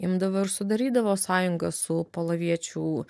imdavo ir sudarydavo sąjungą su poloviečių